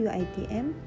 Uitm